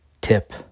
tip